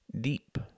deep